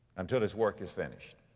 until his work is finished.